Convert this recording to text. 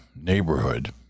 neighborhood